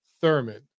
Thurman